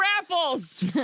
raffles